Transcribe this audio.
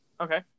Okay